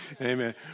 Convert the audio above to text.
Amen